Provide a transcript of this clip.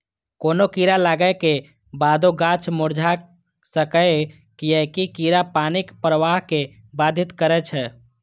कोनो कीड़ा लागै के बादो गाछ मुरझा सकैए, कियैकि कीड़ा पानिक प्रवाह कें बाधित करै छै